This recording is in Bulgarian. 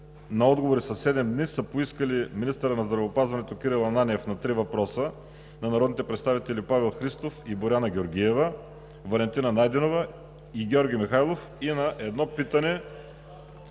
на отговори със седем дни са поискали: - министърът на здравеопазването Кирил Ананиев – на три въпроса от народните представители Пламен Христов и Боряна Георгиева; Валентина Найденова; и Георги Михайлов; и на едно питане